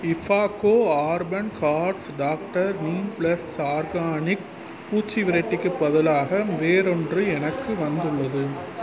IFFCO urban gardens doctor neem plus organic பூச்சி விரட்டிக்குப் பதிலாக வேறொன்று எனக்கு வந்துள்ளது